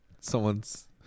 someone's –